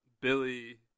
Billy